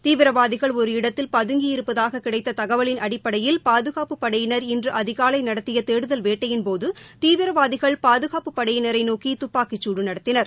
தீவிரவாதிகள் ஒரு இடத்தில் பதங்கி இருப்பதாக கிடைத்த தகவலின் அடிப்படையில் பாதுகாப்புப் படையினர் இன்று அதிகாலை நடத்திய தேடுதல் வேட்டையின்போது தீவிரவாதிகள் பாதுகாப்புப் படையினரை நோக்கி துப்பாக்கிச் சூடு நடத்தினர்